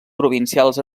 provincials